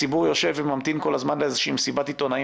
הציבור יושב וממתין כל הזמן לאיזושהי מסיבת עיתונאים